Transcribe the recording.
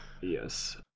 yes